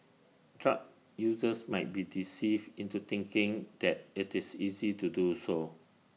drug users might be deceived into thinking that IT is easy to do so